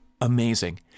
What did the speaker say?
Amazing